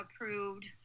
approved